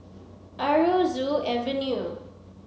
Aroozoo Avenue